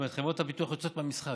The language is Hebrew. כלומר, חברות הביטוח יוצאות מהמשחק.